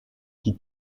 qui